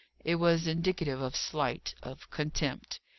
it was indicative of slight, of contempt.